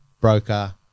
broker